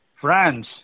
France